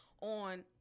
on